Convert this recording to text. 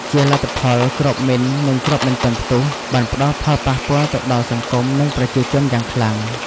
ជាលទ្ធផល គ្រាប់មីន និងគ្រាប់មិនទាន់ផ្ទុះ បានផ្តល់ផលប៉ះពាល់ទៅដល់ សង្គម និងប្រជាជនយ៉ាងខ្លាំង។